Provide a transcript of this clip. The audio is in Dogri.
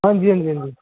हां जी हां जी हां जी